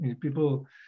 people